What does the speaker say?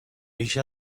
بیش